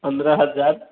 पंद्रह हज़ार